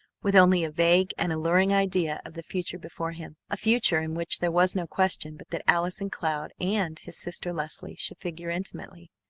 with only a vague and alluring idea of the future before him, a future in which there was no question but that allison cloud and his sister leslie should figure intimately.